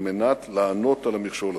על מנת לענות על המכשול הזה.